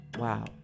Wow